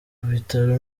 bitaro